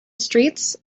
streets